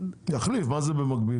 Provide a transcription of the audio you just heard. יחליף, מה זה במקביל.